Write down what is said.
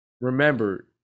remember